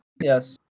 Yes